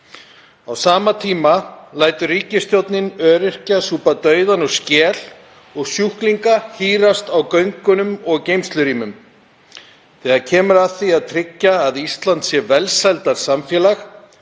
Á sama tíma lætur ríkisstjórnin öryrkja lepja dauðann úr skel og sjúklinga hírast á göngunum og geymslurýmum. Þegar kemur að því að tryggja að Ísland sé velsældarsamfélag,